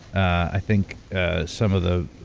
i think ah some of the.